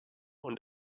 und